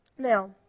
Now